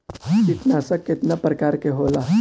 कीटनाशक केतना प्रकार के होला?